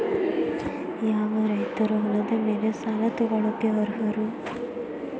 ಯಾವ ರೈತರು ಹೊಲದ ಮೇಲೆ ಸಾಲ ತಗೊಳ್ಳೋಕೆ ಅರ್ಹರು?